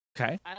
Okay